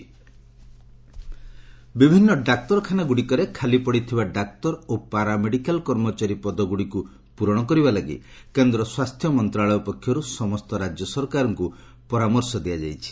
LS health ministry ବିଭିନ୍ନ ଡାକ୍ତରଖାନାଗୁଡ଼ିକରେ ଖାଲିପଡ଼ିଥିବା ଡାକ୍ତର ଓ ପାରାମେଡ଼ିକାଲ କର୍ମଚାରୀ ପଦଗୁଡ଼ିକୁ ପୂରଣ କରିବା ଲାଗି କେନ୍ଦ୍ର ସ୍ୱାସ୍ଥ୍ୟ ମନ୍ତ୍ରଣାଳୟ ପକ୍ଷର୍ ସମସ୍ତ ରାଜ୍ୟସରକାରଙ୍କ ପରାମର୍ଶ ଦିଆଯାଇଛି